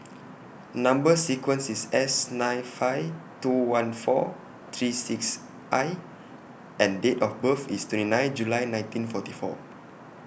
Number sequence IS S nine five two one four three six I and Date of birth IS twenty nine July nineteen forty four